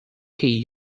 key